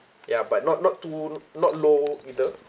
ya but not not too not low either